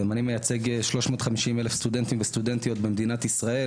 אני מייצג שלוש מאות חמישים אלף סטודנטים וסטודנטיות במדינת ישראל,